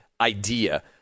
idea